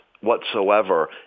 whatsoever